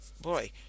boy